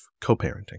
co-parenting